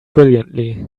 brilliantly